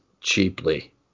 cheaply